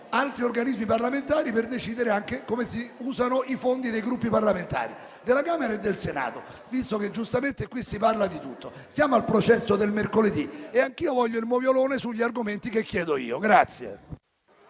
altri organismi parlamentari per decidere anche come si usano i fondi dei Gruppi parlamentari della Camera e del Senato, visto che giustamente qui si parla di tutto. Siamo al processo del mercoledì, quindi anch'io voglio il moviolone sugli argomenti che chiedo io.